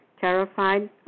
terrified